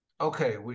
okay